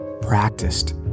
practiced